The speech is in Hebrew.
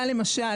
היה למשל,